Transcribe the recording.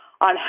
on